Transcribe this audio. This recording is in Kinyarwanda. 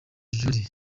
jolly